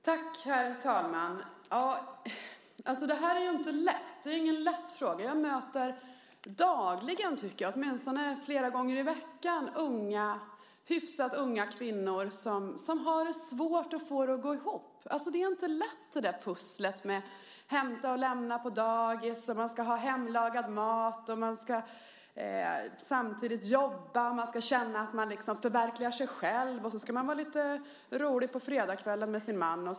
Herr talman! Det här är inte lätt. Det är ingen lätt fråga. Jag möter flera gånger i veckan hyfsat unga kvinnor som har svårt att få det att gå ihop. Det är inte lätt med pusslet att hämta och lämna på dagis, ha hemlagad mat, samtidigt jobba och känna att man förverkligar sig själv och sedan vara lite rolig på fredagskvällen med sin man.